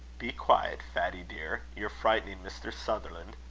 be quiet, fatty dear you're frightening mr. sutherland.